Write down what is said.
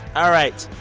all right.